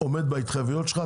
עומד בהתחייבויות שלך,